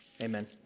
Amen